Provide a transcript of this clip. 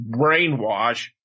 brainwash